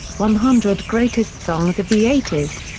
one hundred greatest songs of the eighty s.